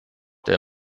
der